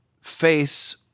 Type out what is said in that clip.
face